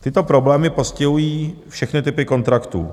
Tyto problémy postihují všechny typy kontraktů.